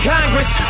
Congress